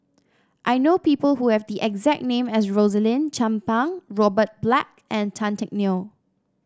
I know people who have the exact name as Rosaline Chan Pang Robert Black and Tan Teck Neo